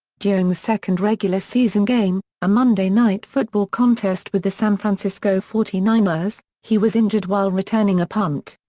during the second regular-season game, a monday night football contest with the san francisco forty nine ers, he was injured while returning a punt.